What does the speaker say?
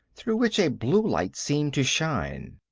through which a blue light seemed to shine.